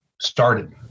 started